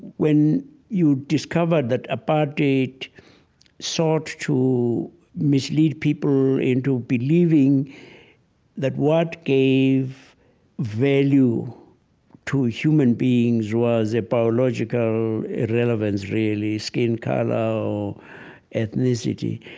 when you discover that apartheid sought to mislead people into believing that what gave value to human beings was a biological irrelevance, really, skin color or ethnicity,